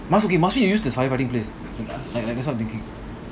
must okay must we use this fire fighting place like like that's what I'm thinking